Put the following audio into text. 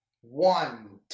one